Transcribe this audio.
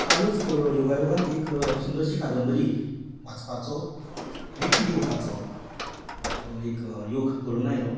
हालींच पळय योगायोगान एक सुंदरशी कादंबरी वाचपाचो विकती घेवपाचो एक योग घडून आयलो